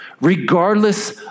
Regardless